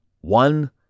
one